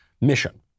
mission